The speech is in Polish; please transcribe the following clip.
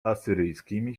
asyryjskimi